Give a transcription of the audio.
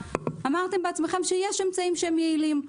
אמרתם בעצמכם שיש אמצעים יעילים.